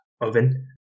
oven